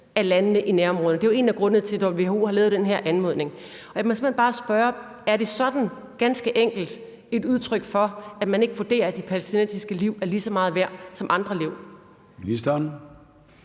af landene i nærområderne. Det er jo en af grundene til, at WHO har lavet den her anmodning. Jeg må simpelt hen bare spørge: Er det ganske enkelt et udtryk for, at man ikke vurderer, at de palæstinensiske liv er lige så meget værd som andre liv?